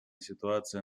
ситуация